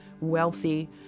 wealthy